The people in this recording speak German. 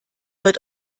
wird